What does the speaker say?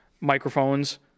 microphones